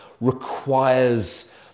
requires